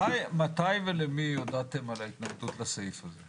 מתי ולמי הודעתם על ההתנגדות לסעיף הזה?